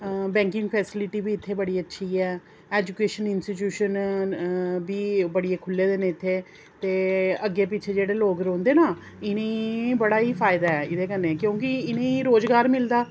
banking facility बी इत्थै बड़ी अच्छी ऐ ऐजुकेशन इन्स्टिट्यूशन बी बड़े खुह्ल्ले दे न इत्थै ते अग्गें पिच्छें जेह्ड़े न लोग रौंह्दे ना इ'नें ई बड़ा ई फायदा ऐ एह्दे कन्नै क्योंकि इ'नें ई रोजगार मिलदा